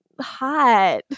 Hot